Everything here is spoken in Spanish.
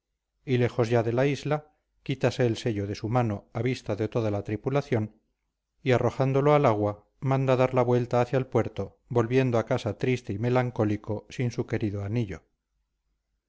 y lejos ya de la isla quitase el sello de su mano a vista de toda la tripulación y arrojándolo al agua manda dar la vuelta hacia el puerto volviendo a casa triste y melancólico sin su querido anillo